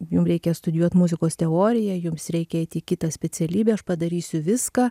jum reikia studijuot muzikos teoriją jums reikia eiti į kitą specialybę aš padarysiu viską